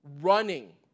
running